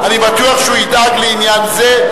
אני בטוח שהוא ידאג לעניין זה,